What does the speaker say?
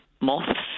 moths